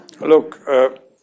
Look